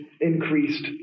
increased